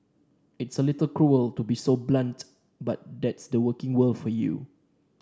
it's a little cruel to be so blunt but that's the working world for you